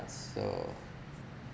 so